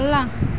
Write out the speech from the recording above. अगला